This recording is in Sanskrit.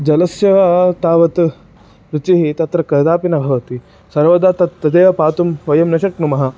जलस्य तावत् रुचिः तत्र कदापि न भवति सर्वदा तत् तदेव पातुं वयं न शक्नुमः